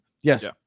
Yes